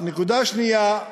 נקודה שנייה,